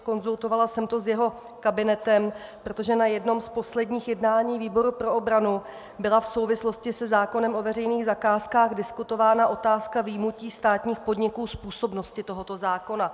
Konzultovala jsem to s jeho kabinetem, protože na jednom z posledních jednání výboru pro obranu byla v souvislosti se zákonem o veřejných zakázkách diskutována otázka vyjmutí státních podniků z působnosti tohoto zákona.